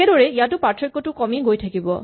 একেদৰেই ইয়াটো পাৰ্থক্যটো কমি গৈ থাকিব